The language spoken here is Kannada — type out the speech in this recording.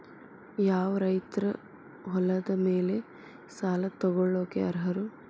ಯಾವ ರೈತರು ಹೊಲದ ಮೇಲೆ ಸಾಲ ತಗೊಳ್ಳೋಕೆ ಅರ್ಹರು?